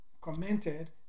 commented